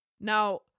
Now